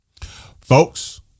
Folks